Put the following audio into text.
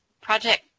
project